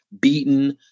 beaten